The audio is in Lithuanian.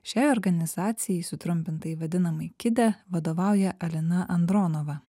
šiai organizacijai sutrumpintai vadinamai kide vadovauja alina andronova